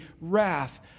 wrath